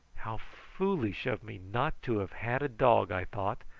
how foolish of me not to have had a dog! i thought.